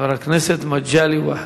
חבר הכנסת מגלי והבה.